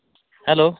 hello